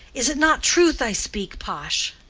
is it not truth i speak, pash?